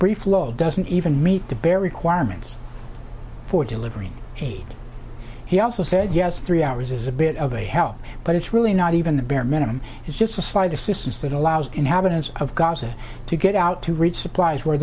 brief low doesn't even meet the bare requirements for delivering aid he also said yes three hours is a bit of a help but it's really not even the bare minimum it's just a slight assistance that allows inhabitants of gaza to get out to reach supplies where